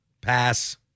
Pass